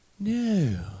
No